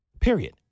Period